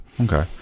Okay